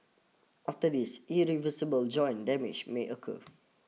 after this irreversible joint damage may occur